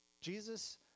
Jesus